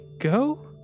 go